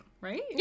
right